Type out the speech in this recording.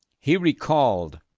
he recalled,